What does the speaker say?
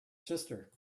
sister